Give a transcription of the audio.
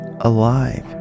alive